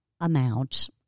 amount